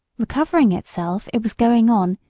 recovering itself it was going on,